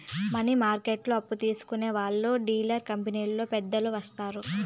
money మార్కెట్లో అప్పు తీసుకునే వాళ్లు డీలర్ కంపెనీలో పెద్దలు వత్తారు